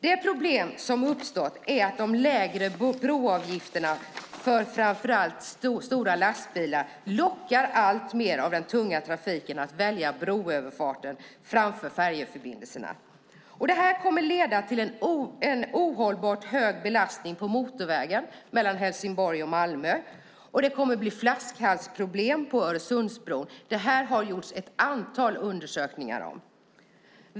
Det problem som uppstått är att de lägre broavgifterna för framför allt stora lastbilar lockar alltmer av den tunga trafiken att välja broöverfarten framför färjeförbindelserna. Det kommer att leda till en ohållbart hög belastning på motorvägen mellan Helsingborg och Malmö och till flaskhalsproblem på Öresundsbron. Det här har det gjorts ett antal undersökningar om.